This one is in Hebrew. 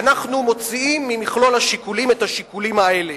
אנחנו מוציאים ממכלול השיקולים את השיקולים האלה,